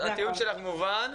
הטיעון שלך מובן.